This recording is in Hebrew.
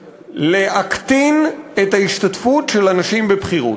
להקטין את ההשתתפות של אנשים בבחירות.